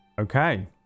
Okay